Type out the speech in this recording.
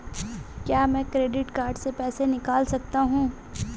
क्या मैं credit card से पैसे निकाल सकता हूँ?